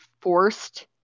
forced